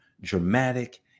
dramatic